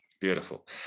Beautiful